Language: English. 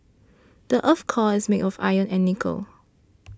the earth's core is made of iron and nickel